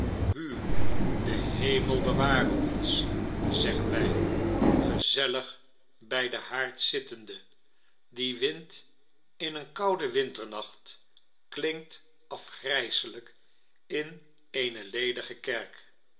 de hiemel beware ons zeggen wij gezellig bij dein haard zitteinde die wind in een kouden winten-nacht klinkt afgrijselijk in eeaie ledige kerk